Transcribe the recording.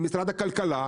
למשרד הכלכלה.